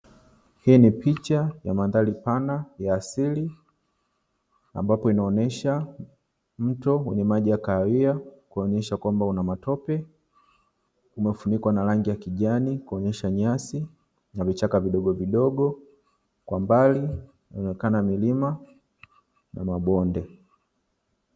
Hii ni picha ya mandhari pana ya asili ambapo inaonesha mto wenye maji ya kwahawia, kuonesha kwamba una matope, umefunikwa na rangi ya kijani kuonesha nyasi na vichaka vidogo vidogo. Kwa mbali inaonekana milima na mabonde.